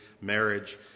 marriage